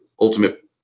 ultimate